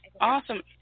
awesome